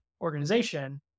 organization